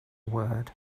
word